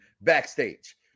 backstage